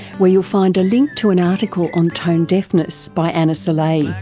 where you'll find a link to an article on tone deafness by anna salleh. yeah